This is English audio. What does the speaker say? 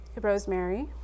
Rosemary